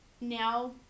Now